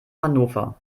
hannover